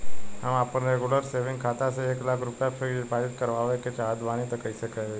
हम आपन regular saving खाता से एक लाख रुपया फिक्स डिपॉज़िट करवावे के चाहत बानी त कैसे होई?